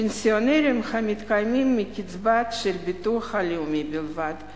פנסיונרים המתקיימים מקצבה של ביטוח לאומי בלבד,